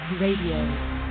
RADIO